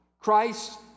Christ